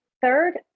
third